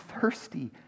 thirsty